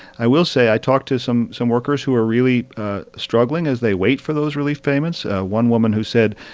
i will say i talked to some some workers who are really struggling as they wait for those relief payments one woman who said,